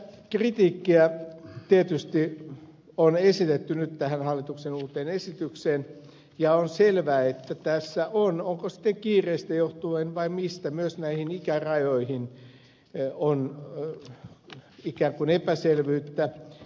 kritiikkiä on tietysti esitetty tähän hallituksen uuteen esitykseen ja on selvä että tässä on onko sitten kiireestä johtuen vai mistä myös ikärajoissa epäselvyyttä